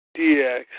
DX